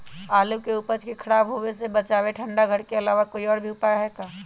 आलू के उपज के खराब होवे से बचाबे ठंडा घर के अलावा कोई और भी उपाय है का?